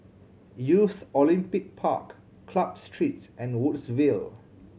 Youth Olympic Park Club Street and Woodsville